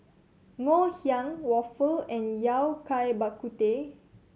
Ngoh Hiang waffle and Yao Cai Bak Kut Teh